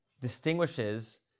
distinguishes